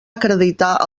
acreditar